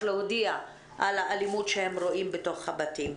להודיע על האלימות שהם רואים בתוך הבתים.